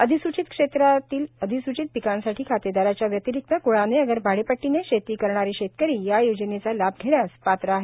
अधिसूचित क्षेत्रातील अधिसूचित पिकांसाठी खातेदाराच्या व्यतिरिक्त कुळाने अगर भाडेपट्टीने शेती करणारे शेतकरी या योजनेचा लाभ घेण्यास पात्र आहे